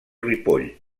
ripoll